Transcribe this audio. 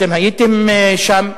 אתם הייתם שם.